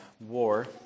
war